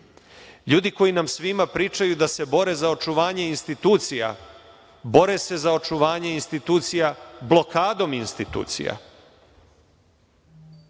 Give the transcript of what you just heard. Ljudi koji nam svima pričaju da se bore za očuvanje institucija bore se za očuvanje institucija blokadom institucija.